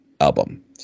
album